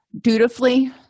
Dutifully